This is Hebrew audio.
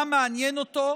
מה מעניין אותו,